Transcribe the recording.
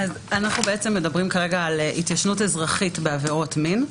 אנחנו מדברים כרגע על התיישנות אזרחית בעבירות מין.